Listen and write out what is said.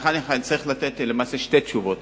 לך אני צריך לתת למעשה שתי תשובות.